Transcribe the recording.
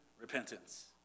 repentance